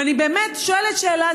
ואני באמת שואלת שאלה.